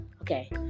Okay